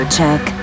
Check